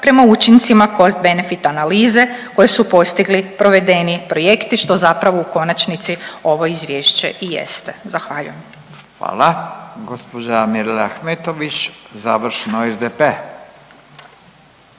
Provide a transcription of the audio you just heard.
prema učincima cost benefit analize koje su postigli provedeni projekti što zapravo u konačnici ovo izvješće i jeste. Zahvaljujem. **Radin, Furio (Nezavisni)** Hvala. Gospođa Mirela Ahmetović, završno SDP.